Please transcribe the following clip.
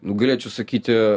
nu galėčiau sakyti